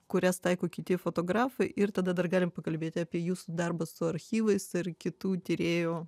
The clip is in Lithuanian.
kurias taiko kiti fotografai ir tada dar galim pakalbėti apie jūsų darbą su archyvais ir kitų tyrėjų